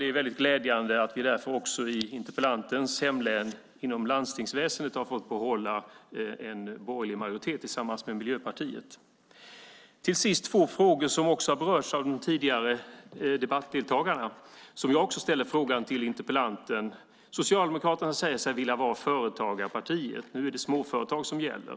Det är väldigt glädjande att vi därför också i interpellantens hemlän inom landstingsväsendet har fått behålla en borgerlig valfrihet tillsammans med Miljöpartiet. Till sist har jag två frågor som också har berörts av de tidigare debattdeltagarna och som jag ställde till interpellanten. Socialdemokraterna säger sig vilja vara ett företagarparti. Nu är det småföretag som gäller.